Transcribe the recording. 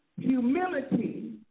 Humility